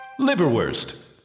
Liverwurst